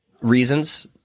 reasons